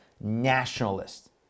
nationalist